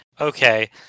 Okay